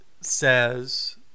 says